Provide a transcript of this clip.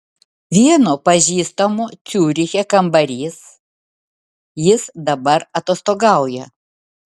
vieno pažįstamo ciuriche kambarys jis dabar atostogauja